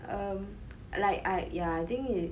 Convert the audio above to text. um like I yeah I think